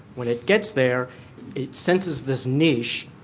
when it gets there it senses this niche,